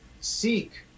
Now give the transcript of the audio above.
seek